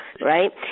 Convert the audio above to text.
right